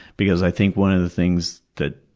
because i think one of the things that